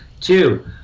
Two